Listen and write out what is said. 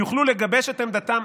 יוכלו לגבש את עמדתם,